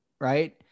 right